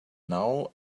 now